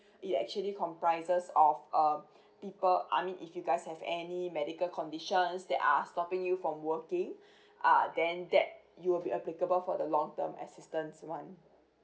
it actually comprises of um people I mean if you guys have any medical conditions that are stopping you from working ah then that you'll be applicable for the long term assistance [one]